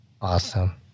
Awesome